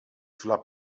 sulla